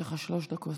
יש לך שלוש דקות.